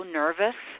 nervous